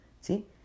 See